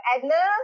Edna